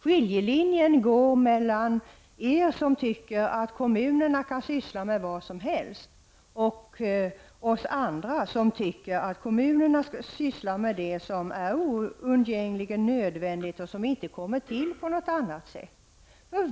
Skilljelinjen går mellan er som tycker att kommunerna kan syssla med vad som helst och oss andra som tycker att kommunerna skall syssla med det som är oundgängligen nödvändigt och som inte kommer till stånd på annat sätt.